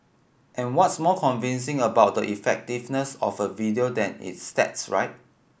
and what's more convincing about the effectiveness of a video than its stats right